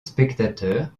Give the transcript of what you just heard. spectateurs